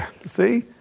see